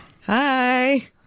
hi